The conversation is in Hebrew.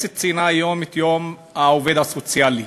הכנסת ציינה היום את יום העובד הסוציאלי